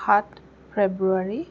সাত ফ্ৰেব্ৰুৱাৰী